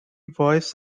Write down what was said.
voice